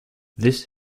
this